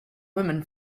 woman